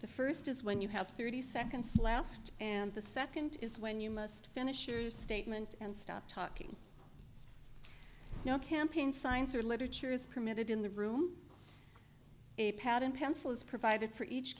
the first is when you have thirty seconds left and the second is when you must finish your statement and stop talking no campaign signs or literature is permitted in the room a pad and pencil is provided for each